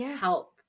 help